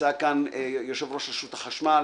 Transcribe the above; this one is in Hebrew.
ונמצא כאן יושב ראש רשות החשמל,